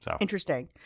Interesting